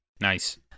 Nice